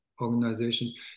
organizations